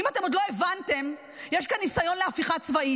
אם אתם עוד לא הבנתם, יש כאן ניסיון להפיכה צבאית.